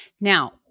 Now